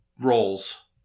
roles